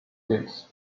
games